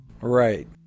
Right